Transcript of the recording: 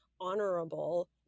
honorable